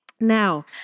now